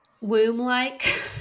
Womb-like